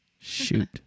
Shoot